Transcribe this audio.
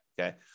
okay